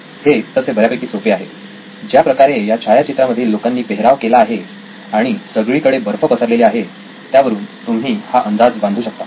हे तसे बऱ्यापैकी सोपे आहे ज्याप्रकारे या छायाचित्रामधील लोकांनी पेहराव केलेला आहे आणि सगळीकडे बर्फ पसरलेले आहे त्यावरून तुम्ही हा अंदाज बांधू शकता